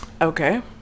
okay